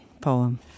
poem